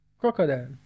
Crocodile